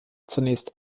zunächst